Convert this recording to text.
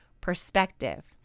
perspective